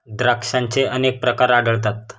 द्राक्षांचे अनेक प्रकार आढळतात